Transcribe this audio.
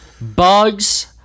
Bugs